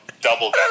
double